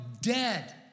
dead